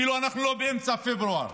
כאילו שאנחנו לא באמצע אפריל.